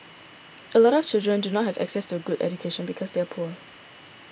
a lot of children do not have access to a good education because they are poor